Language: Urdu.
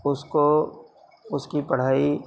اس کو اس کی پڑھائی